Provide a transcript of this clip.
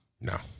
No